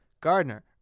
Gardner